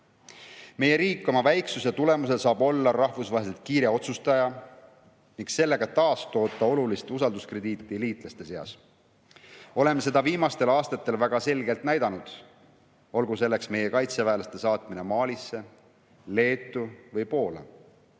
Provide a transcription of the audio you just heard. Meie riik saab oma väiksuse tõttu olla rahvusvaheliselt kiire otsustaja ning sellega taastoota olulist usalduskrediiti liitlaste seas. Oleme seda viimastel aastatel väga selgelt näidanud, olgu näiteks toodud meie kaitseväelaste saatmine Malisse, Leetu või Poola.